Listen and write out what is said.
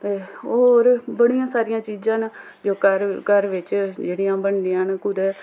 ते हर बड़ियां सारियां चीजां न जो घर घर बिच जेह्ड़ियां बनदियां न कुदै